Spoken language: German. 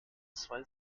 zwei